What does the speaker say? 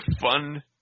fun